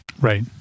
Right